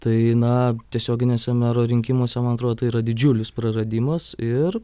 tai na tiesioginiuose mero rinkimuose man atrodo tai yra didžiulis praradimas ir